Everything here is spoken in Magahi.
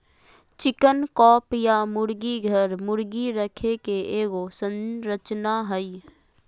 चिकन कॉप या मुर्गी घर, मुर्गी रखे के एगो संरचना हइ